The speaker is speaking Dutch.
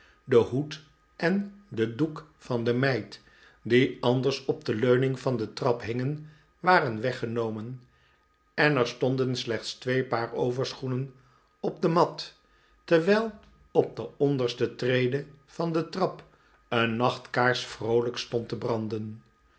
de hoed en de doek van de meid die anders op de leuning van de trap hingen waren weggenomen en er stonden slechts twee paar overschoenen op de mat terwijl op de onderste trede van de trap een nachtkaars vroolijk stond te branden